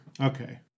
Okay